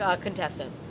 contestant